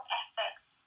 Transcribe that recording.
effects